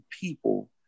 people